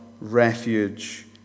refuge